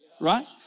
right